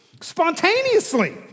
spontaneously